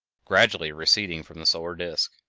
gradually receding from the solar disk.